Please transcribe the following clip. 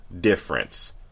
difference